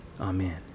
Amen